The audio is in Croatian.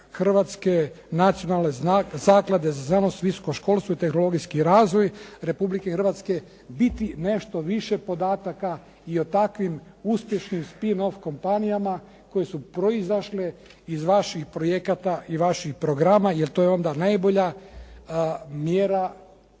Hrvatske nacionalne zaklade za znanost i visoko školstvo i tehnologijski razvoj Republike Hrvatske biti nešto više podataka i o takvim uspješnim …/Govornik se ne razumije./… kompanijama koje su proizašle iz vaših projekata i vaših programa, jer to je onda najbolja mjera